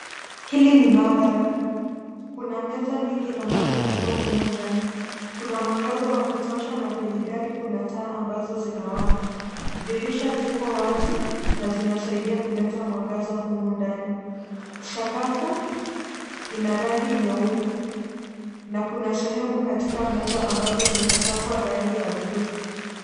Hili ni maabara, kuna meza nyingi ambazo ziko humu ndani. Kuna mwangaza wa kutosha na kwenye dari kuna taa ambazo zinawaka. Dirisha ziko wazi na zinasaidia kuleta mwangaza humu ndani. Sakafu ina rangi nyeupe na kuna sehemu katika meza ambazo zimepakwa rangi ya buluu.